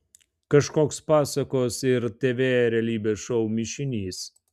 kažkoks pasakos ir tv realybės šou mišinys